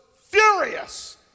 furious